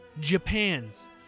Japan's